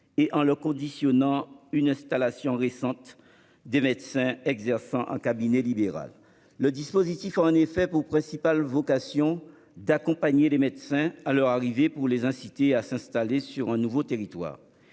et en le conditionnant à une installation récente des médecins exerçant en cabinet libéral. Le dispositif a en effet pour principale vocation d'accompagner les médecins à leur arrivée et les inciter à s'installer sur un nouveau territoire.